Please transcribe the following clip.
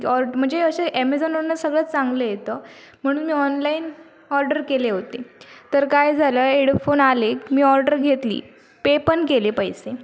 ऑर्ड म्हणजे असे ॲमेझॉनवरनं सगळंच चांगलं येतं म्हणून मी ऑनलाईन ऑर्डर केले होते तर काय झालं एडफोन आले मी ऑर्डर घेतली पे पण केले पैसे